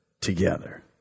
together